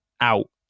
out